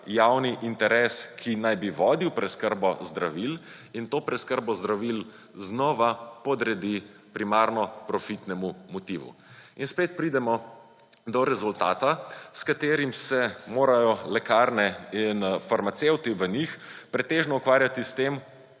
javni interes, ki naj bi vodil preskrbo zdravil in to preskrbo zdravil znova podredi primarno profitnemu motivu. In spet pridemo do rezultata, s katerim se morajo lekarne in farmacevti v njih pretežno ukvarjali s tem,